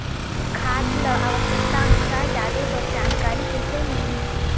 खाद ल आवश्यकता अनुसार डाले बर जानकारी कइसे मिलही?